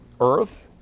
earth